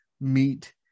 meet